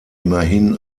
immerhin